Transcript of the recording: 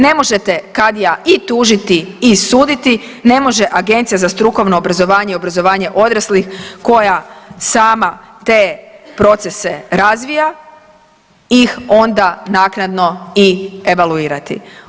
Ne može te kadija i tužiti i suditi, ne može Agencija za strukovno obrazovanje i obrazovanje odraslih koja sama te procese razvija ih onda naknadno i evaluirati.